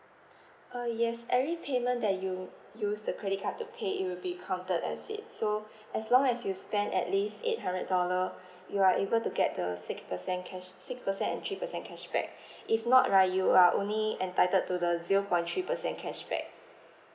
uh yes every payment that you use the credit card to pay it will be counted as it so as long as you spend at least eight hundred dollar you are able to get the six percent cash six percent and three percent cashback if not right you are only entitled to the zero point three percent cashback